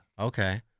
okay